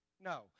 No